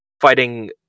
fighting